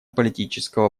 политического